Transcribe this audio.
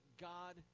god